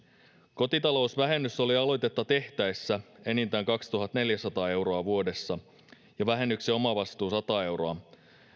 kotitalousvähennys oli aloitetta tehtäessä enintään kaksituhattaneljäsataa euroa vuodessa ja vähennyksen omavastuu sata euroa